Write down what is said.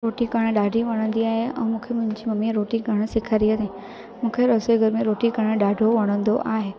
रोटी करणु ॾाढी वणंदी आहे ऐं मूंखे मुंहिंजी ममीअ रोटी करणु सेखारी अथई मूंखे रसोई घर में रोटी करणु ॾाढो वणंदो आहे